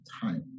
time